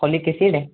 folic acid